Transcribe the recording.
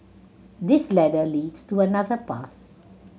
this ladder leads to another path